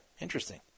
Interesting